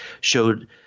showed